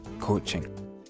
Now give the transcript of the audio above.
coaching